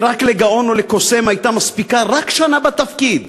כי רק לגאון או לקוסם הייתה מספיקה רק שנה בתפקיד